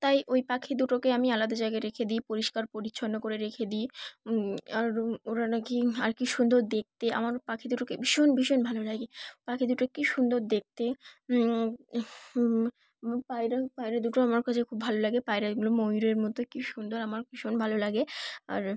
তাই ওই পাখি দুটোকে আমি আলাদা জায়গায় রেখে দিই পরিষ্কার পরিচ্ছন্ন করে রেখে দিই আর ওরা নাকি আর কি সুন্দর দেখতে আমার পাখি দুটোকে ভীষণ ভীষণ ভালো লাগে পাখি দুটো কী সুন্দর দেখতে পায়রা পায়রা দুটো আমার কাছে খুব ভালো লাগে পায়রাগুলো ময়ূরের মতো কী সুন্দর আমার ভীষণ ভালো লাগে আর